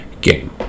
game